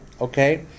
okay